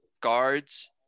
guards